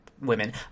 women